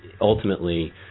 ultimately